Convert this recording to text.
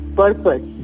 purpose